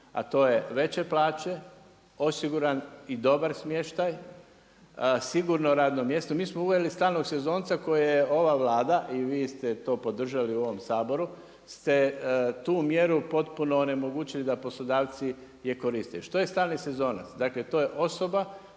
a to je veće plaće, osiguran i dobar smještaj, sigurno radno mjesto. Mi smo uveli stalnog sezonca koje je ova Vlada i vi ste to podržali u ovom Saboru ste tu mjeru potpuno onemogućili da poslodavci je koriste. Što je stalni sezonac? Dakle, to je osoba